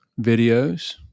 videos